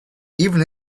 even